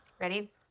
Ready